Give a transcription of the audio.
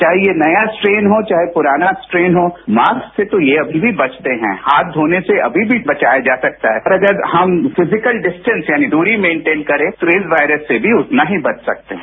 चाहे ये नया स्ट्रेन हो चाहे पुराना स्ट्रेन हो मास्क से तो ये अभी भी बचते हैं हाथ धोने से अभी भी बचाया जा सकता है और अगर हम फिजिकल डिस्टेंस यानी दूरी मेंटेन करें तो इस वायरस से भी उतना ही बच सकते हैं